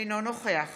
אינו נוכח